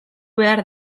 behar